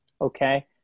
okay